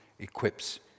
equips